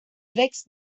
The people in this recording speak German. wächst